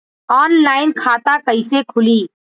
Online खाता कइसे खुली?